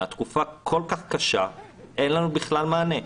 שהיא תקופה כל כך קשה אין לנו בכלל מענה.